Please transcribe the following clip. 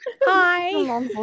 Hi